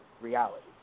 reality